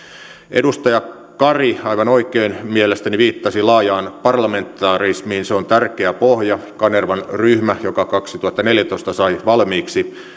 edustaja kari aivan oikein mielestäni viittasi laajaan parlamentarismiin se on tärkeä pohja kanervan ryhmä joka kaksituhattaneljätoista sai valmiiksi